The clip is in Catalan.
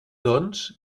doncs